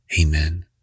Amen